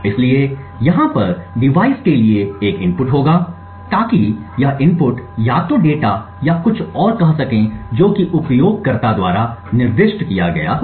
इसलिए यहाँ पर डिवाइस के लिए एक इनपुट होगा ताकि यह इनपुट या तो डेटा या कुछ और कह सके जो कि उपयोगकर्ता द्वारा निर्दिष्ट किया गया हो